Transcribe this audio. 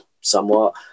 somewhat